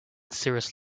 cirrus